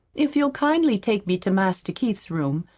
if you'll kindly take me to master keith's room,